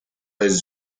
showing